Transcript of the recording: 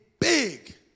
Big